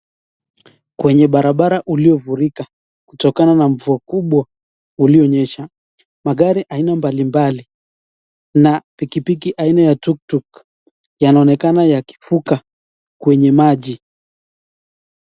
Kwenye barabara uliofurika kutokana na mvua mkubwa ulionyesha. Magari aina mbalimbali na pikipiki aina ya tuktuk yanaonekana yakivuka kwenye maji.